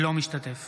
אינו משתתף